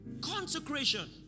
consecration